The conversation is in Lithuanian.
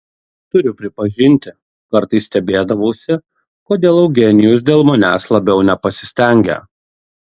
turiu pripažinti kartais stebėdavausi kodėl eugenijus dėl manęs labiau nepasistengia